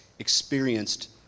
experienced